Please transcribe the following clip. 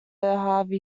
harvey